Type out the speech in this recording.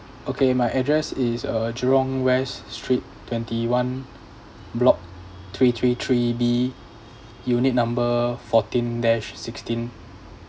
okay my address is uh jurong west street twenty one block three three three B unit number fourteen dash sixteen